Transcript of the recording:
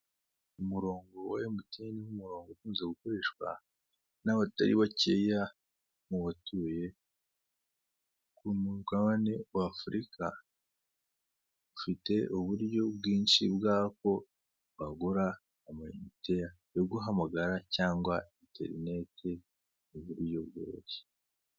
Umurongo wa MTN ni umurongo ukunze gukoreshwa n'abatari bakeya mu batuye ku mugabane w'Afurika, ufite uburyo bwinshi bw'aho wagura amayinite yo guhamagara cyangwa interineti yose.